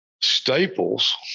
staples